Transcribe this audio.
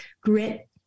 grit